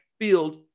field